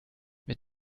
mit